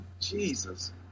Jesus